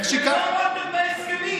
לא עמדתם בהסכמים,